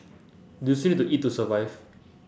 do you still need to eat to survive